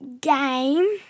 Game